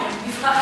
אומרים מזרחים.